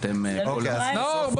אצלנו יש פריימריז.